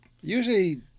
Usually